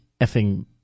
effing